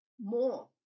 More